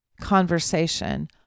conversation